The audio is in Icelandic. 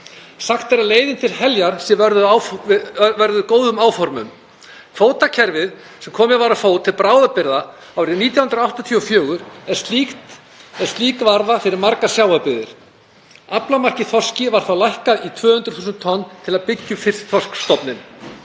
Sagt er að leiðin til heljar sé vörðuð góðum áformum. Kvótakerfið, sem komið var á fót til bráðabirgða árið 1984, er slík varða fyrir margar sjávarbyggðir. Aflamark í þorski var þá lækkað í 200.000 tonn til að byggja upp þorskstofninn.